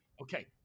Okay